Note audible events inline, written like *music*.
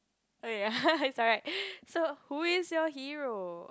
okay *laughs* is alright so who is your hero